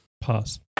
Pass